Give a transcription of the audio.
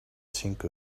sink